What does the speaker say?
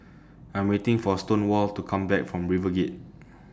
I'm waiting For Stonewall to Come Back from RiverGate